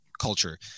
Culture